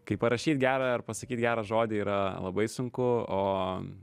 kaip parašyti gerą ar pasakyt gerą žodį yra labai sunku o